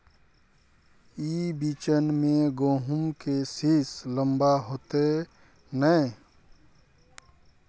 ई बिचन में गहुम के सीस लम्बा होते नय?